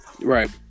Right